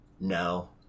No